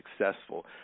successful